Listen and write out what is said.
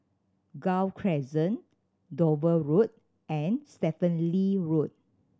Gul Crescent Dover Road and Stephen Lee Road